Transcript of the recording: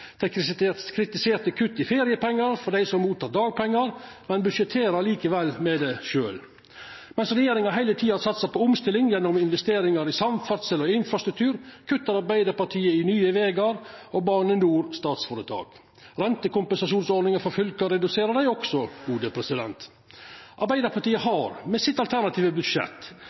Dei kritiserte kutt i feriepengar for dei som mottek dagpengar, men budsjetterer likevel med det sjølve. Mens regjeringa heile tida har satsa på omstilling gjennom investeringar i samferdsel og infrastruktur, kuttar Arbeidarpartiet i Nye Vegar og Bane NOR SF. Rentekompensasjonsordninga for fylka reduserer dei også. Arbeidarpartiet har med sitt alternative budsjett